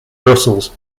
brussels